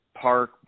park